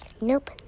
Nope